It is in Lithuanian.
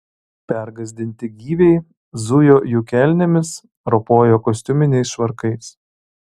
pergąsdinti gyviai zujo jų kelnėmis ropojo kostiuminiais švarkais